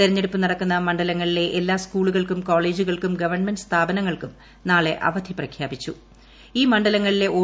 തെരഞ്ഞെടുപ്പ് നടക്കുന്ന മണ്ഡലങ്ങളിലെ എല്ലാ സ്കൂളുകൾക്കും കോളേജുകൾക്കും ഗവൺമെന്റ് സ്ഥാപനങ്ങൾക്കും നാളെ അവധി ഈ പ്പ് മണ്ഡലങ്ങളിലെ പ്രഖ്യാപിച്ചു